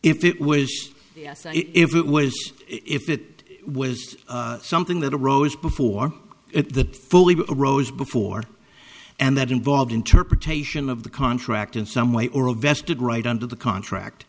if it was if it was if it was something that arose before the full rose before and that involved interpretation of the contract in some way or a vested right under the contract